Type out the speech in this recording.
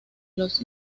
los